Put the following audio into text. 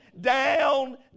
down